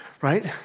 right